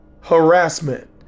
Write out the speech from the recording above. Harassment